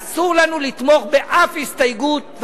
אסור לנו לתמוך בשום הסתייגות,